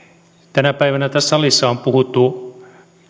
tänä päivänä tässä salissa on puhuttu